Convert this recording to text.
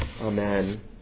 Amen